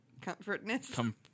comfortness